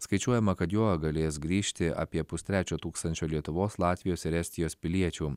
skaičiuojama kad juo galės grįžti apie pustrečio tūkstančio lietuvos latvijos ir estijos piliečių